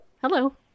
Hello